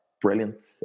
brilliant